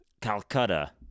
Calcutta